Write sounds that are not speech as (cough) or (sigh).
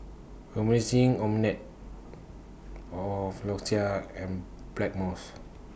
Emulsying (unintelligible) A Floxia and Blackmores